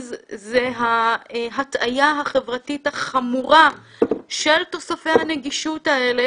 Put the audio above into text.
זה ההטעיה החברתית החמורה של תוספי הנגישות האלה